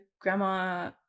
grandma